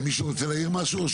מישהו רוצה להעיר משהו?